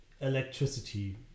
electricity